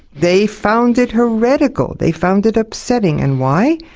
they found it heretical. they found it upsetting. and why?